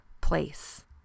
place